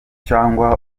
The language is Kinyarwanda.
cyangwa